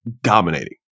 dominating